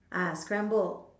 ah scrambled